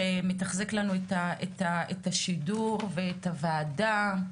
שמתחזק לנו את השידור, ואת הוועדה.